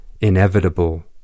inevitable